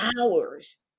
hours